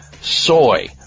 soy